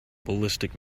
ballistic